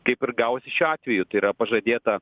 kaip ir gausi šiuo atveju tai yra pažadėta